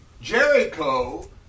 Jericho